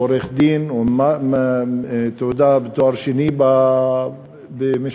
הוא עורך-דין ובעל תואר שני במשפטים,